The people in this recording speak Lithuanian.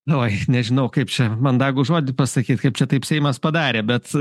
oj nežinau kaip čia mandagų žodį pasakyt kaip čia taip seimas padarė bet